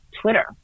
Twitter